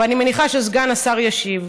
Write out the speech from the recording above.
ואני מניחה שסגן השר ישיב.